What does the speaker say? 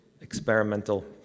experimental